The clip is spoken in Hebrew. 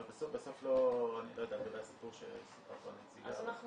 אבל בסוף לא אני לא יודע לגבי הסיפור שסיפרה פה הנציגה --- אז אנחנו